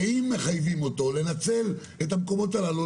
האם מחייבים אותו לנצל את המקומות הללו,